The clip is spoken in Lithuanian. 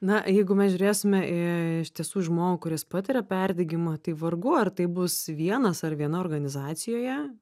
na jeigu mes žiūrėsime į iš tiesų žmogų kuris patiria perdegimą tai vargu ar tai bus vienas ar viena organizacijoje